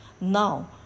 now